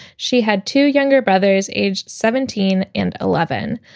she had two younger brothers, aged seventeen and eleven.